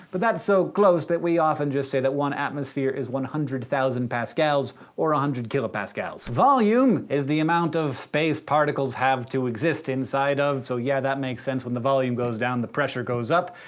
but that's so close that we often just say that one atmosphere is one hundred thousand pascals or one ah hundred kilopascals. volume is the amount of space particles have to exist inside of. so yeah, that makes sense, when the volume goes down, the pressure goes up,